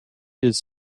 his